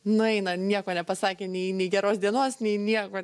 nueina nieko nepasakę nei nei geros dienos nei nieko